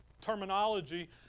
terminology